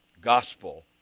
gospel